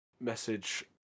message